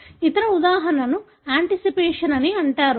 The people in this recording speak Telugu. ఇతర ఉదాహరణను యాంటిసిపేషన్ అని అంటారు